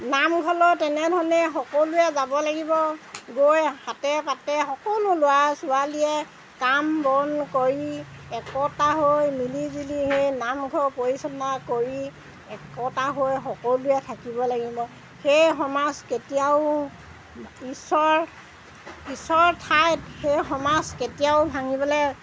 নামঘৰলৈও তেনেধৰণে সকলোৱে যাব লাগিব গৈ হাতে পাতে সকলো ল'ৰা ছোৱালীয়ে কাম বন কৰি একতা হৈ মিলিজুলি সেই নামঘৰ পৰিচালনা কৰি একতা হৈ সকলোৱে থাকিব লাগিব সেই সমাজ কেতিয়াও ঈশ্বৰ ঈশ্বৰৰ ঠাইত সেই সমাজ কেতিয়াও ভাঙিবলৈ